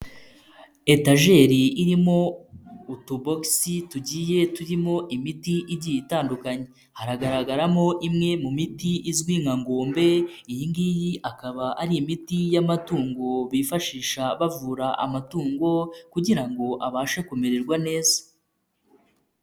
Etajeri irimo utubogisi tugiye turimo imiti igiye itandukanye. Haragaragaramo imwe mu miti izwi nka ngombe, iyi ngiyi akaba ari imiti y'amatungo bifashisha bavura amatungo, kugira ngo abashe kumererwa neza.